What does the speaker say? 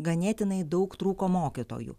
ganėtinai daug trūko mokytojų